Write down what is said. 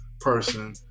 person